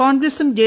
കോൺഗ്രസും ജെ